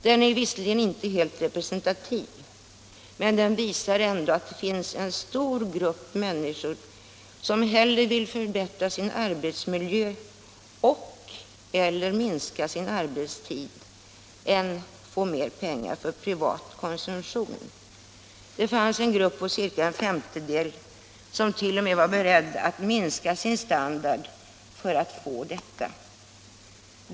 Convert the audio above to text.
Den är visserligen inte helt representativ men visar ändå att det finns en stor grupp människor, som hellre vill förbättra sin arbetsmiljö och/eller minska sin arbetstid än få mer pengar för privat konsumtion. Ca 20 96 av människorna var t.o.m. beredda att sänka sin standard för samma syfte.